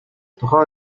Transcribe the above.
тухайн